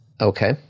Okay